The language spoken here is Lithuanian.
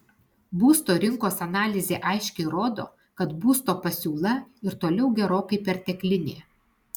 būsto rinkos analizė aiškiai rodo kad būsto pasiūla ir toliau gerokai perteklinė